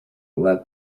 let